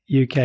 uk